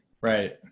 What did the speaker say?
Right